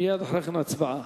מייד אחרי כן, הצבעה.